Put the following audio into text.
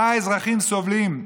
מה האזרחים סובלים,